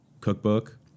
cookbook